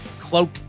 cloak